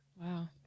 wow